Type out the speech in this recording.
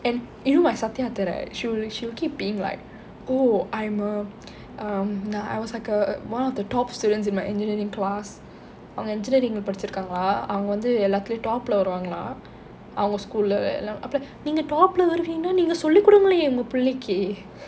and you know my Sathya அத்தை:sathya atthai she'll she'll keep being like oh I'm uh um I was like a one of the top students in my engineering class engineering படிச்சிருக்காங்களாம் அவங்க வந்து எல்லாத்துலயும்:padichirukkaangalaam avanga vanthu ellaatthuleyum top leh வருவார்களாம் அவங்க:varuvaangalaam avanga school leh I will be like நீங்க:neenga top leh வருவீங்கன்னா நீங்க சொல்லி கொடுங்களேன் உங்க பிள்ளைக்கு:varuveenganna neenga solli kudungalen unga pillaikku